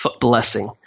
blessing